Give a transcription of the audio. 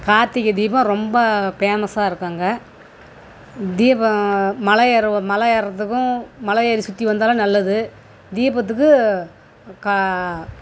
கார்த்திகை தீபம் ரொம்ப பேமஸாக இருக்கும் அங்கே தீபம் மலை ஏறுவோம் மலை ஏர்றதுக்கும் மலை ஏறி சுற்றி வந்தாலே நல்லது தீபத்துக்கு கா